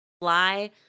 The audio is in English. fly